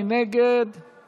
אין מתנגדים ואין